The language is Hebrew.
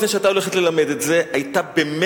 לפני שהיא היתה הולכת ללמד את זה,